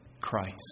Christ